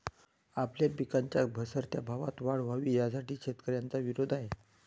आपल्या पिकांच्या घसरत्या भावात वाढ व्हावी, यासाठी शेतकऱ्यांचा विरोध आहे